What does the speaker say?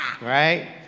Right